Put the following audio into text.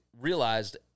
realized